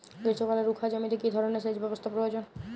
গ্রীষ্মকালে রুখা জমিতে কি ধরনের সেচ ব্যবস্থা প্রয়োজন?